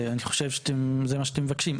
ואני חושב שזה מה שאתם מבקשים,